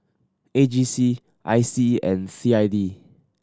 A G C I C and C I D